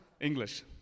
English